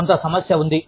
కొంత సమస్య ఉంది